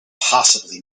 possibly